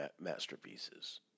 masterpieces